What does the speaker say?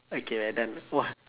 okay we're done !wah!